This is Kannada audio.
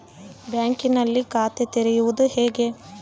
ಬ್ಯಾಂಕಿನಲ್ಲಿ ಖಾತೆ ತೆರೆಯುವುದು ಹೇಗೆ?